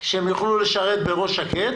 שהם יוכלו לשרת בראש שקט